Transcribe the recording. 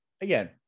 again